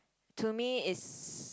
to me is